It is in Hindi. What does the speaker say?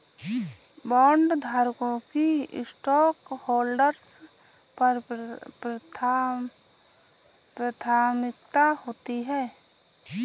बॉन्डधारकों की स्टॉकहोल्डर्स पर प्राथमिकता होती है